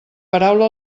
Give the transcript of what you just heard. paraula